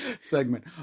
segment